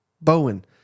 Bowen